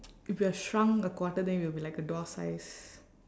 if you are shrunk a quarter then you will be like a dwarf size